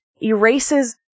erases